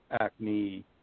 acne